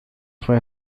fue